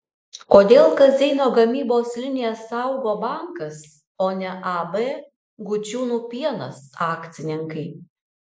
kodėl kazeino gamybos liniją saugo bankas o ne ab gudžiūnų pienas akcininkai